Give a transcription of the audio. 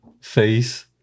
face